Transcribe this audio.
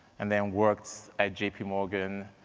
and then worked at jp morgan.